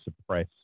suppress